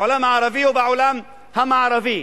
בעולם הערבי או בעולם המערבי,